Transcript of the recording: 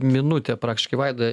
minutė praktiškai vaida